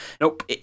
Nope